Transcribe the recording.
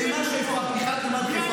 למי הן קשורות?